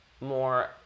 more